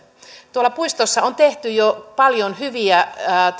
tuolla puistossa on tehty jo paljon hyviä